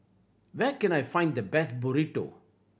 where can I find the best Burrito